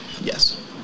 Yes